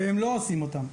והם לא עושים אותם.